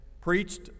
preached